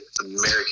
American